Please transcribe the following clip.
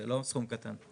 זה לא סכום קטן.